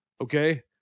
okay